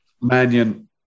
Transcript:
Mannion